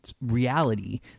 reality